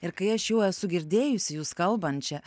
ir kai aš jau esu girdėjusi jus kalbančią